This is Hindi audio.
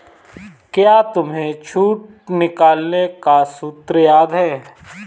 क्या तुम्हें छूट निकालने का सूत्र याद है?